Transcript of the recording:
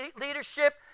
leadership